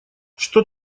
что